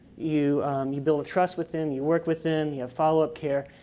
you you build a trust with them, you work with them, you have follow up care,